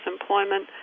employment